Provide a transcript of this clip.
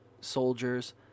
soldiers